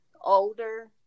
older